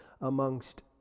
amongst